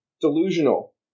delusional